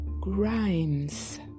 Grimes